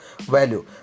value